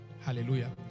Hallelujah